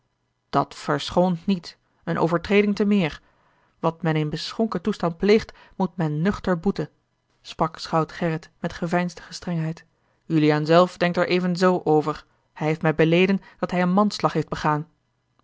dat verschoont niet eene overtreding te meer wat men in beschonken toestand pleegt moet men nuchter boeten sprak schout gerrit met geveinsde gestrengheid juliaan zelf denkt er evenzoo over hij heeft mij beleden dat hij een manslag heeft begaan